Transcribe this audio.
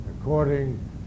according